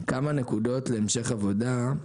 כמה נקודות להמשך עבודה: